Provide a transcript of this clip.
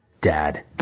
Dad